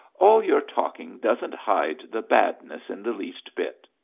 all your talking doesn't hide the badness in the least bit.